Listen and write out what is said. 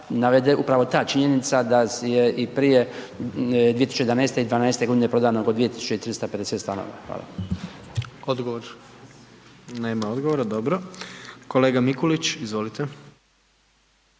upravo ta činjenica da je i prije 2011. i 2012.g. prodano oko 2350 stanova. Hvala. **Jandroković, Gordan (HDZ)** Odgovor. Nema odgovora. Dobro. Kolega Mikulić, izvolite.